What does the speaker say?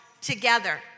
together